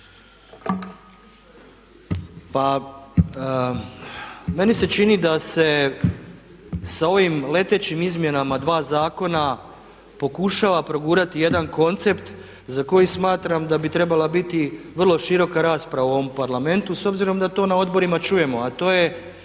Pa meni se čini da se sa ovim letećim izmjenama dva zakona pokušava progurati jedan koncept za koji smatram da bi trebala biti vrlo široka rasprava u ovom Parlamentu s obzirom da to na odborima čujemo, a to je